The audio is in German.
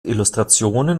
illustrationen